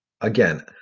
again